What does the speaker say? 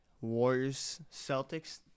Warriors-Celtics